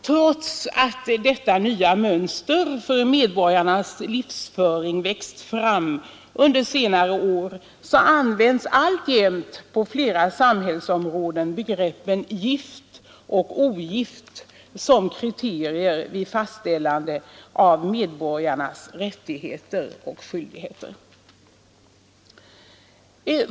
Trots att detta nya mönster för medborgarnas livsföring växt fram under senare år, används alltjämt på flera samhällsområden begreppen gift och ogift som kriterier vid fastställande av medborgarnas rättigheter och skyldigheter.